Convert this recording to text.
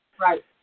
Right